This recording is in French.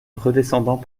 redescendant